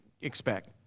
expect